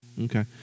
Okay